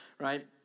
right